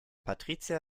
patricia